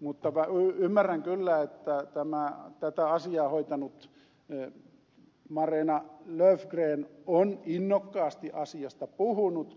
mutta ymmärrän kyllä että tätä asiaa hoitanut mareena löfgren on innokkaasti asiasta puhunut